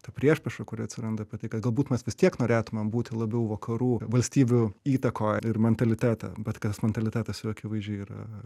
ta priešprieša kuri atsiranda apie tai kad galbūt mes vis tiek norėtumėm būti labiau vakarų valstybių įtakoje ir mentalitete bet tas mentalitetas akivaizdžiai yra